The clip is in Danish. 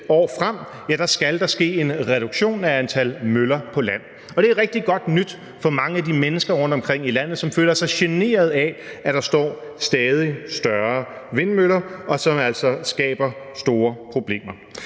år frem skal ske en reduktion af antallet af møller på land. Kl. 16:56 Det er rigtig godt nyt for mange af de mennesker rundtomkring i landet, der føler sig generet af, at der står stadig større vindmøller, som altså skaber store problemer.